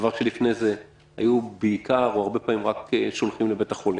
דבר שלפני זה היו בעיקר שולחים לבתי החולים.